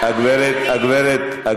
שהשרה תאמץ שיח קצת אחר.